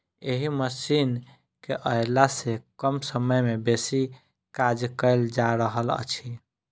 एहि मशीन केअयला सॅ कम समय मे बेसी काज कयल जा रहल अछि